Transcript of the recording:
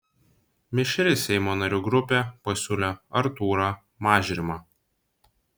mišri seimo narių grupė pasiūlė artūrą mažrimą